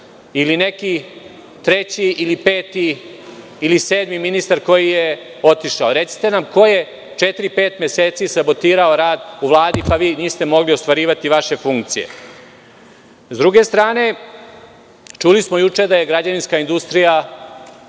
ili neki treći ili peti ili sedmi ministar koji je otišao? Recite nam ko je četiri ili pet meseci sabotirao rad u Vladi pa vi niste mogli ostvarivati vaše funkcije? Sa druge strane, čuli smo juče da je građevinska industrija